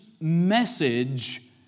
message